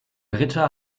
britta